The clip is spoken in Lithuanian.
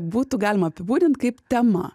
būtų galima apibūdint kaip tema